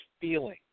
feeling